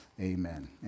amen